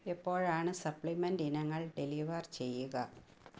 എപ്പോഴാണ് സപ്ലിമെൻറ്റ് ഇനങ്ങൾ ഡെലിവർ ചെയ്യുക